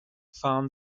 fahren